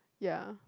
ya